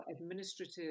administrative